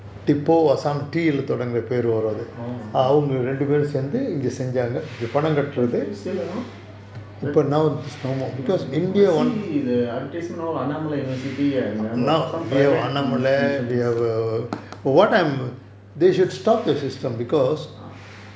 orh okay is it still around no more I see the advertisement all annamalai university some private institutions